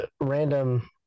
random